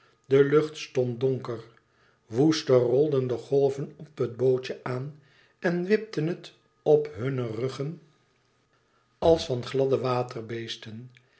de lucht stond donker woester rolden de golven op het bootje aan en wipten het op hunne ruggen als van gladde